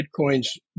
Bitcoin's